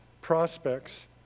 prospects